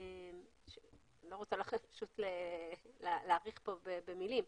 אני לא רוצה להאריך במילים.